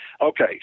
Okay